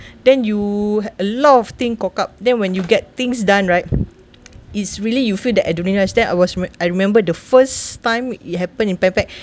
then you a lot of things caught up then when you get things done right it's really you feel the adrenaline rush then I was I remember the first time it happened in Pan Pac